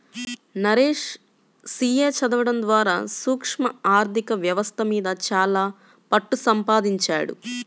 Naresh CA చదవడం ద్వారా సూక్ష్మ ఆర్ధిక వ్యవస్థ మీద చాలా పట్టుసంపాదించాడు